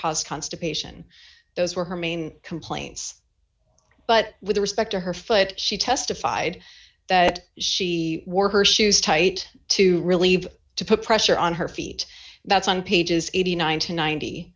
cause constipation those were her main complaints but with respect to her foot she testified that she wore her shoes tight to relieve to put pressure on her feet that's on pages eighty nine to ninety